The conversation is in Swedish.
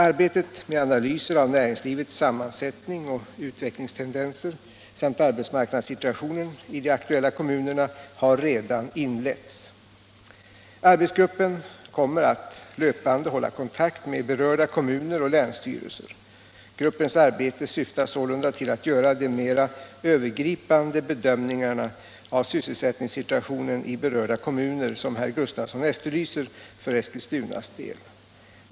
Arbetet med analyser av näringslivets sammansättning och utvecklingstendenser samt arbetsmarknadssituationen i de aktuella kommunerna har redan inletts. Arbetsgruppen kommer att löpande hålla kontakt med berörda kommuner och länsstyrelser. Gruppens arbete syftar sålunda till att göra de mera övergripande bedömningarna av sysselsättningssituationen i berörda kommuner som herr Gustavsson efterlyser för Eskilstunas del.